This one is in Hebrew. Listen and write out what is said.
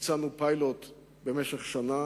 ביצענו פיילוט שירכז במשך שנה